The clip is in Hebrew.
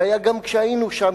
שהיה גם כשהיינו שם,